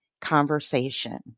conversation